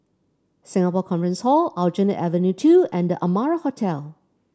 Singapore Conference Hall Aljunied Avenue Two and The Amara Hotel